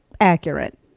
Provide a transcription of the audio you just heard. accurate